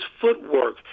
footwork